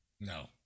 No